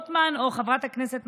לא בנט ולא אילת שקד.